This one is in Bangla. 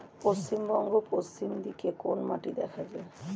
পশ্চিমবঙ্গ পশ্চিম দিকে কোন মাটি দেখা যায়?